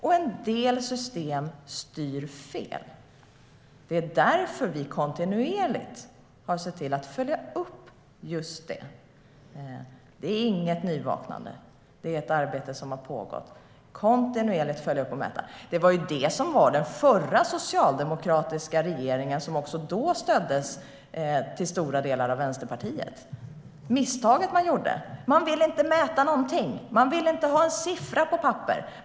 En del system styr fel. Det är därför vi kontinuerligt har sett till att följa upp just detta. Det är inget nyvaknande, utan det är ett arbete som har pågått med att kontinuerligt följa upp och mäta. Den förra socialdemokratiska regeringen stöddes också den till stora delar av Vänsterpartiet. Misstaget man gjorde var att man inte ville mäta någonting. Man ville inte ha en siffra på papper.